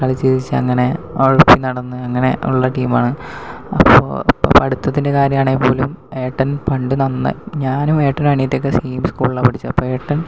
കളിച്ച് ചിരിച്ചങ്ങനെ ഉഴപ്പി നടന്ന് അങ്ങനെ ഉള്ള ടീമാണ് അപ്പോൾ പഠിത്തത്തിൻ്റെ കാര്യമാണെങ്കിൽ പോലും ഏട്ടൻ പണ്ട് നന്നായി ഞാനും ഏട്ടനും അനിയത്തിയൊക്കെ സെയിം സ്കൂളിലാ പഠിച്ചത് അപ്പം ഏട്ടൻ